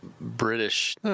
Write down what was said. British